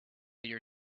your